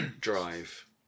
drive